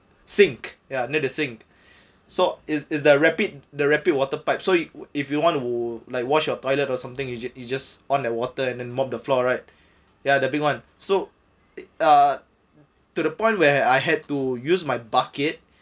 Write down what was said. sink ya near the sink so is is the rapid the rapid water pipe so if you want to like wash your toilet or something you just you just on the water and and mop the floor right ya the big one so uh to the point where I had to use my bucket